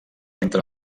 entre